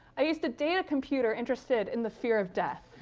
i used to date a computer interested in the fear of death!